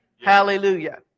Hallelujah